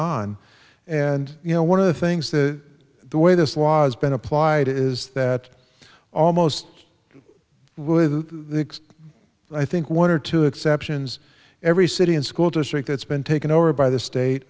on and you know one of the things that the way this law's been applied is that almost with i think one or two exceptions every city and school district that's been taken over by the state